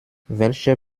welcher